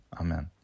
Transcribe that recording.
Amen